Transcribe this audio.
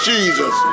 Jesus